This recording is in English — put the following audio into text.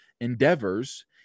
endeavors